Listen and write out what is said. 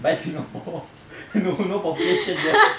bye singapore no no population sia